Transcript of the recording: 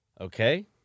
Okay